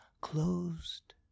closed